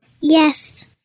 Yes